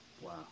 Wow